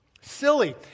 Silly